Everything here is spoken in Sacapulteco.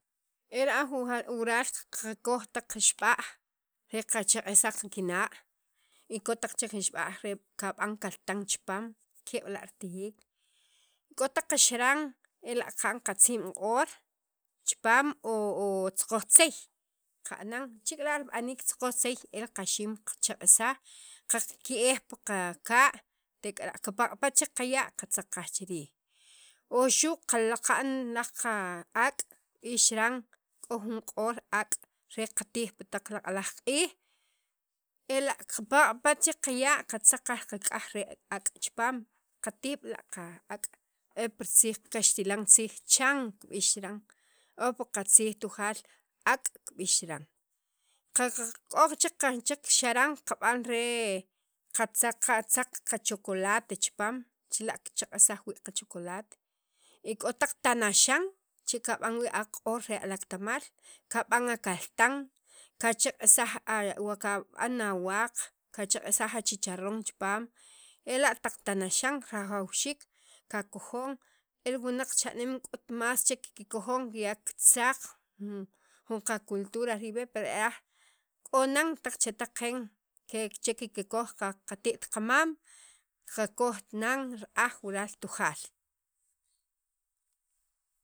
e ra'aj wural qakoj taq ixb'a'j re qachaqajsaj li qakinaq' y k'o nik'yaj chek ixb'a'j kab'an kaltan chipaam ke' b'la' ritijiik k'o taq qaxaran ela' qab'an qatz'im q'or chipaam o o tzoqojtzej qa'nan ce k'ira' rib'aniik choqojtzey el qaxiim qachaq'ajsaj qake'ej pi qaka' tek'ara' kipaq'pat chek qaya' qatzaq qaj chi riij o xu' qalaqan laj qa aak' kib'ix chiran k'o jun q'or aak' re qatij pi taq laq'laj q'iij ela' kipaq'pat chek qaya' qatzaq qaaj qak'aj re aak' chipaam katij b'la' qa aak' kaxtilan tziij chan kib'ix chiran o pi qatziij Tujaal aak' kib'ix chiran qaq k'o nik'yaj chek xaran qab'an re qatzaq qa chocolate chipaam chila' kachq'ajsaj wii' qa chocolate y k'o taq tanaxan che q'ab'an wii' qab'an aq'or alaktamaal kab'an akaltan kachaq'ajsaj wo ka kab'an awaaq kachaq'ajsaj a chicharron chipaam ela' taq tanaxan rajawxiik kakojon el wunaq cha'neem k'ot más chek kikkojon ya kitzaq jun jun qa cultura per aj k'o nana taq chetaq qeen che kikoj qate't qamam, qakoj nan ra'aj wural Tujaal.